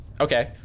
okay